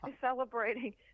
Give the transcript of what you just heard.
celebrating